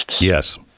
yes